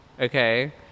Okay